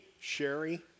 Sherry